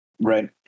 Right